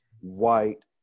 white